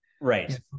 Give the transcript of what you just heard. Right